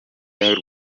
y’u